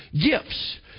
gifts